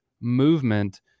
movement